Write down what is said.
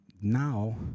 now